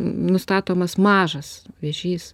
nustatomas mažas vėžys